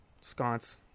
sconce